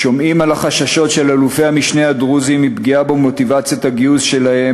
שומעים על החששות של אלופי-המשנה הדרוזים מפגיעה במוטיבציית הגיוס שלה,